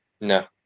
no